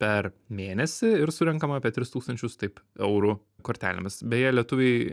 per mėnesį ir surenkama apie tris tūkstančius taip eurų kortelėmis beje lietuviai